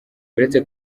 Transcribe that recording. uretse